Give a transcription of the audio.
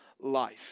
life